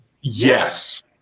Yes